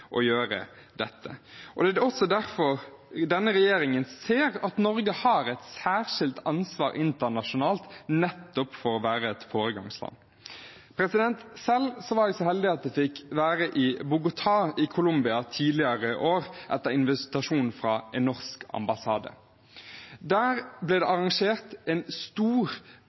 å gjøre dette. Det er også derfor denne regjeringen ser at Norge har et særskilt ansvar internasjonalt for å være et foregangsland. Selv var jeg så heldig å få være i Bogota i Columbia tidligere i år etter invitasjon fra en norsk ambassade. Der ble det arrangert en stor